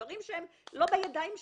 דברים שהם לא בידיים שלנו,